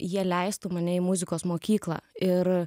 jie leistų mane į muzikos mokyklą ir